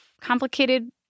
complicated